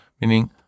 meaning